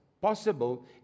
possible